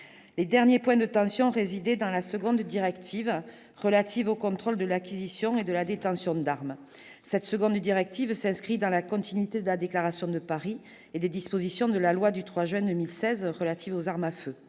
Les derniers points de tension résidaient dans la seconde directive relative au contrôle de l'acquisition et de la détention d'armes. Cette directive s'inscrit dans la continuité de la déclaration de Paris et des dispositions de la loi du 3 juin 2016 renforçant la lutte